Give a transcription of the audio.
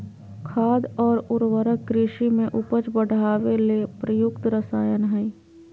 खाद और उर्वरक कृषि में उपज बढ़ावे ले प्रयुक्त रसायन हइ